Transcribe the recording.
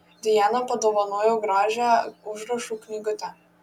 dijana padovanojo gražią užrašų knygutę